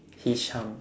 hisham